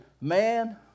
Man